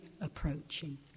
approaching